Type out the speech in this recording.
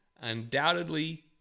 undoubtedly